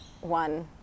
one